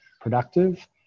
productive